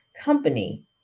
company